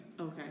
Okay